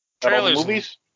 Trailers